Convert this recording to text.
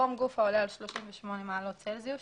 חום גף העולה על 38 מעלות צלזיוס,